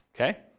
okay